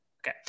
Okay